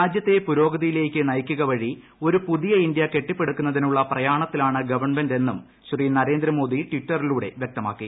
രാജ്യത്തെ പുരോഗതിയിലേക്ക് നയിക്കുക വഴി ഒരു പുതിയ ഇന്ത്യ കെട്ടിപ്പടുക്കുന്നതിനുള്ള പ്രയാണത്തിലാണ് ഗവൺമെന്റ് എന്നും ശ്രീ നരേന്ദ്രമോദി ട്ടിറ്ററിലൂടെ വ്യക്തമാക്കി